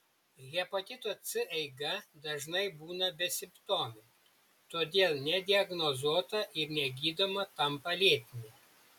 hepatito c eiga dažnai būna besimptomė todėl nediagnozuota ir negydoma tampa lėtine